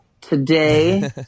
Today